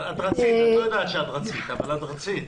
את לא יודעת שרצית, אבל רצית.